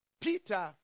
Peter